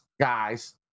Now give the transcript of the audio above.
guys